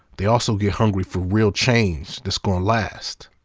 they also get hungry for real change that's gonna last.